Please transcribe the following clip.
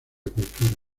cultura